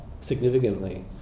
significantly